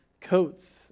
coats